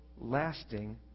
lasting